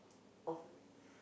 of